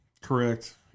correct